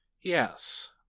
Yes